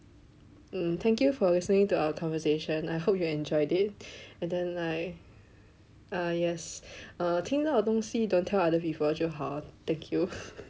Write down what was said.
mm thank you for listening to our conversation I hope you enjoyed it and then like uh yes err 听到的东西 don't tell other people 就好 thank you